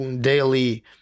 daily